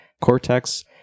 cortex